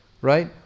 right